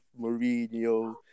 Mourinho